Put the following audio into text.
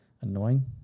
annoying